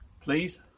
Please